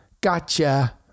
gotcha